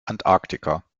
antarktika